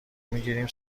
میگیریم